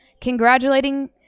congratulating